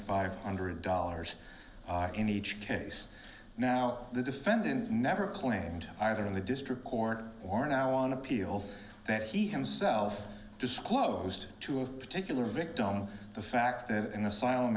five hundred dollars in each case now the defendant never claimed either in the district court or now on appeal that he himself disclosed to a particular victim the